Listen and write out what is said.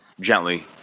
gently